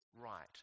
right